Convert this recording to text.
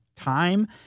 Time